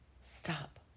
Stop